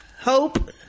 Hope